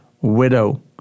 widow